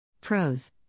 Pros